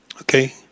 Okay